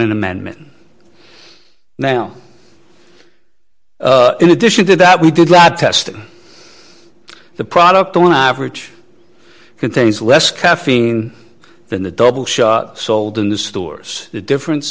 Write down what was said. an amendment now in addition to that we did not test the product on average contains less caffeine than the double shot sold in the stores the difference